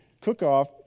cook-off